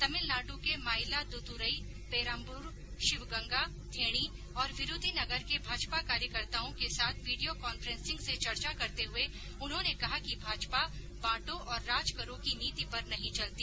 तमिलनाडु के माइलादुतुरई पेराम्बलूर शिवगंगा थेणी और विरूधनगर के भाजपा कार्यकर्ताओं के साथ वीडियो कांफ्रेंसिंग से चर्चा करते हुए उन्होंने कहा कि भाजपा बांटो और राज करो की नीति पर नहीं चलती